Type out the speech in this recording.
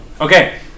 Okay